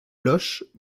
loch